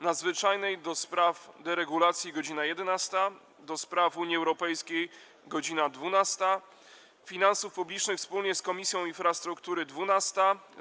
Nadzwyczajnej do spraw deregulacji - godz. 11, - do Spraw Unii Europejskiej - godz. 12, - Finansów Publicznych wspólnie z Komisją Infrastruktury - godz. 12,